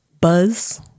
buzz